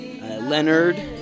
Leonard